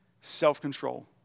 Self-control